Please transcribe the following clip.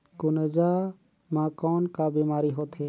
गुनजा मा कौन का बीमारी होथे?